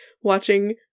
watching